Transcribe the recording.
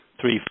three